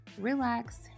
relax